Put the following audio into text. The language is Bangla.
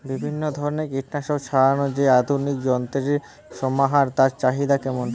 বিভিন্ন ধরনের কীটনাশক ছড়ানোর যে আধুনিক যন্ত্রের সমাহার তার চাহিদা কেমন?